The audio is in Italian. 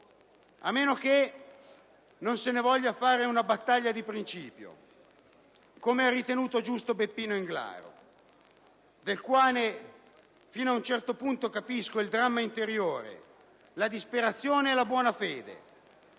A meno che non si voglia fare una battaglia di principio, come ha ritenuto giusto Beppino Englaro, del quale fino ad un certo punto capisco il dramma interiore, la disperazione e la buona fede;